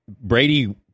Brady